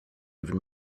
even